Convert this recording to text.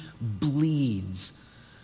bleeds